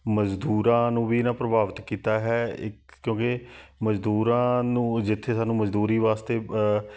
ਮਜ਼ਦੂਰਾਂ ਨੂੰ ਵੀ ਇਹਨਾਂ ਪ੍ਰਭਾਵਿਤ ਕੀਤਾ ਹੈ ਇੱਕ ਕਿਉਂਕਿ ਮਜ਼ਦੂਰਾਂ ਨੂੰ ਜਿੱਥੇ ਸਾਨੂੰ ਮਜ਼ਦੂਰੀ ਵਾਸਤੇ